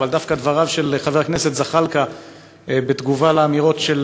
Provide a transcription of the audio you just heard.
אבל דווקא דבריו של חבר הכנסת זחאלקה בתגובה על האמירות של